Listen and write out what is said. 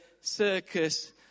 circus